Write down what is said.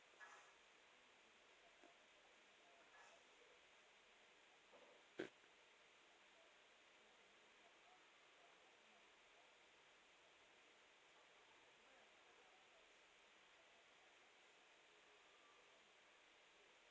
mm